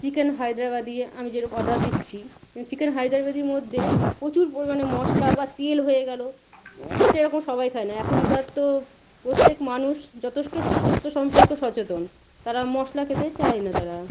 chicken Hyderabadi আমি যেরম order দিচ্ছি চিকেন হায়দ্রাবাদির মদ্যে প্রচুর পরিমাণে মশলা বা তেল হয়ে গেলো সেরকম সবাই খায় না এখনকার তো প্রত্যেক মানুষ যথেষ্ট স্বাস্থ্য সম্পর্কে সচেতন তারা মশলা খেতে চায় না তারা